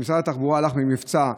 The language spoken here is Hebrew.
משרד התחבורה הלך במבצע,